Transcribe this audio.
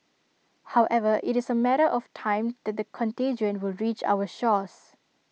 however IT is A matter of time that the contagion will reach our shores